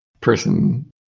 person